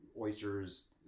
oysters